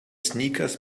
sneakers